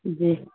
جی